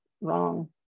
wrong